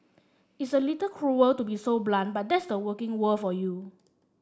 it's a little cruel to be so blunt but that's the working world for you